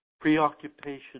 preoccupation